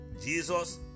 Jesus